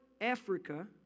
Africa